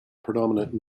predominant